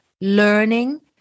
learning